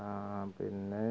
പിന്നെ ഈ